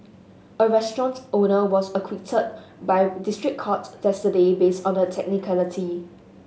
a restaurant owner was acquitted by a district court based on a technicality